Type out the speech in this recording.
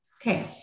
Okay